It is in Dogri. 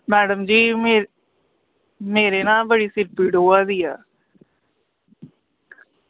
मैडम जी मेरे ना बड़ी सिर पीड़ होआ दी ऐ